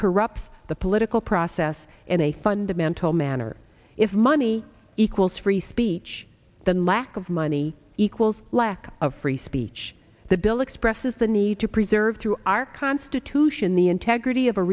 corrupts the political process in a fundamental manner if money equals free speech then lack of money equals lack of free speech the bill expresses the need to preserve through our constitution the integrity of a